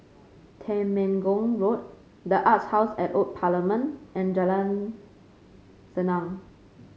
Temenggong Road the Arts House at The Old Parliament and Jalan Senang